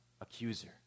accuser